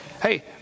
Hey